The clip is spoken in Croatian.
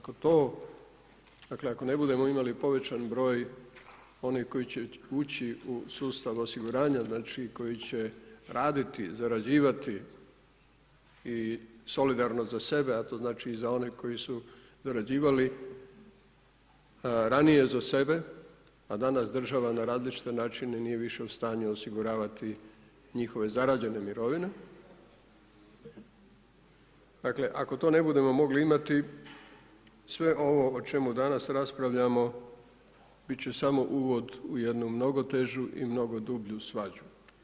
Ako to, dakle, ako ne budemo imali povećan broj onih koji će uči u sustav osiguranja, znači koji će raditi, zarađivati i solidarno za sebe, a to znači i za one koji su zarađivali ranije za sebe, a danas država na različite načine nije više u stanju osiguravati njihove zarađene mirovine, dakle, ako to ne budemo mogli imati sve ovo o čemu danas raspravljamo bit će samo uvod u jednu mnogo težu i mnogo dublju svađu.